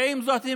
ועם זאת,